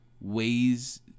ways